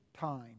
time